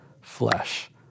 flesh